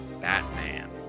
Batman